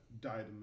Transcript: died